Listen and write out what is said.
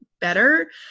better